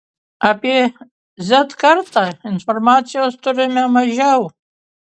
apie z kartą informacijos turime mažiau